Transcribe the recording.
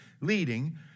leading